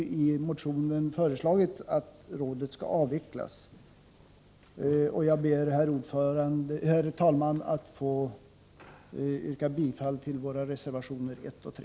Vi har således föreslagit att rådet skall avvecklas. Jag ber, herr talman, att få yrka bifall till våra reservationer 1 och 3.